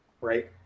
Right